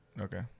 Okay